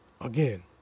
again